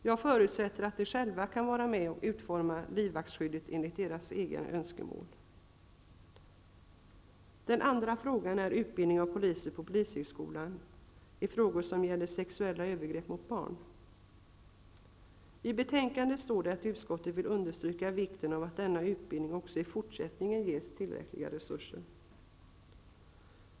Jag förutsätter att de själva kan vara med och utforma livvaktsskyddet enligt sina egna önskemål. Den andra frågan gäller utbildning av poliser på polishögskolan i frågor om sexuella övergrepp mot barn. I betänkandet står det att utskottet vill understryka vikten av att denna utbildning också i fortsättningen ges tillräckliga resurser.